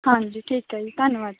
ਹਾਂਜੀ ਠੀਕ ਹੈ ਜੀ ਧੰਨਵਾਦ